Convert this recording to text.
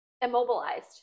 immobilized